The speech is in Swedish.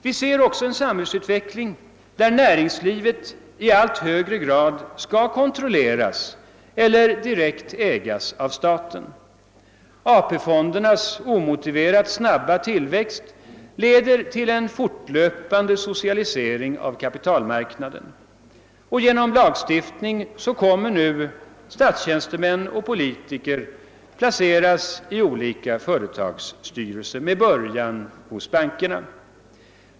Vi ser vidare en samhällsutveckling där näringslivet i allt högre grad skall kontrolleras eller direkt ägas av staten. AP-fondernas omotiverat snabba tillväxt leder till en fortlöpande socialisering av kapitalmarknaden. Genom lagstiftning kommer nu statstjänstemän och politiker att placeras i olika företags styrelser med början hos bankerna.